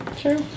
sure